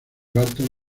burton